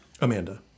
Amanda